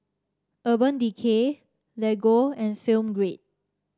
Urban Decay Lego and Film Grade